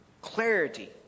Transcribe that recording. clarity